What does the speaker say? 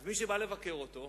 אז מי שבא לבקר אותו,